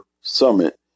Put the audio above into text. summit